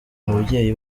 babyeyi